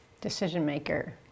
decision-maker